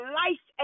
life